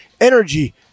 energy